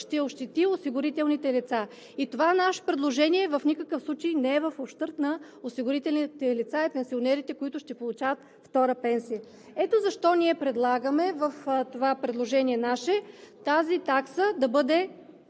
ще ощети осигурените лица. Това наше предложение в никакъв случай не е в ущърб на осигурените лица и пенсионерите, които ще получават втора пенсия. Ние предлагаме в нашето предложение тази такса да бъде